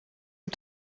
dem